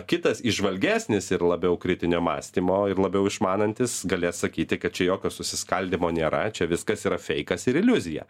kitas įžvalgesnis ir labiau kritinio mąstymo ir labiau išmanantis galės sakyti kad čia jokio susiskaldymo nėra čia viskas yra feikas ir iliuzija